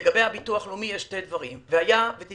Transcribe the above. לגבי הביטוח הלאומי יש שני דברים: אם תתקבל